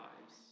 lives